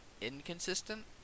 inconsistent